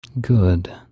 Good